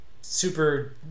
super